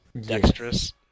dexterous